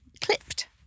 clipped